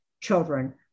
children